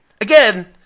Again